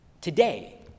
Today